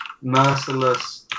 Merciless